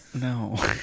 no